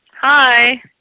Hi